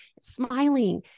smiling